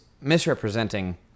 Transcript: misrepresenting